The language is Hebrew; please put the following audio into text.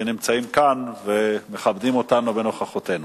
שנמצאים כאן ומכבדים אותנו בנוכחותם.